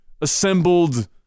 assembled